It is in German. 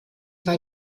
war